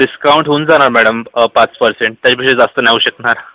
discount होऊन जाणार madam पाच पर्सेंट त्याच्यापेक्षा जास्त नाही होऊ शकणार